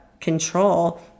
control